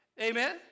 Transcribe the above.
Amen